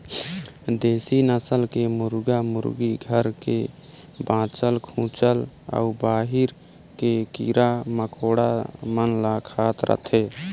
देसी नसल के मुरगा मुरगी घर के बाँचल खूंचल अउ बाहिर के कीरा मकोड़ा मन ल खात रथे